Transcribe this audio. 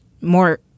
more